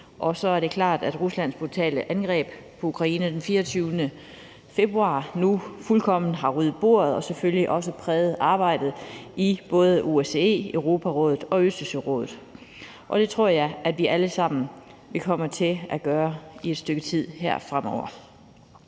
og så er det klart, at Ruslands brutale angreb på Ukraine den 24. februar nu fuldkommen har ryddet bordet og selvfølgelig også har præget arbejdet i både OSCE, Europarådet og Østersørådet. Det tror jeg at det alt sammen kommer til at gøre i et stykke tid fremover.